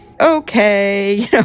Okay